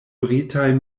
britaj